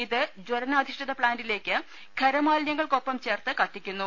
ഇത് ജലനാധിഷ്ഠിത പ്ലാന്റിലേക്ക് ഖരമാലിന്യ ങ്ങൾക്കൊപ്പം ചേർത്ത് കത്തിക്കുന്നു